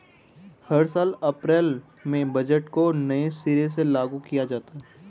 हर साल अप्रैल में बजट को नये सिरे से लागू किया जाता है